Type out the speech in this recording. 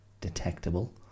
detectable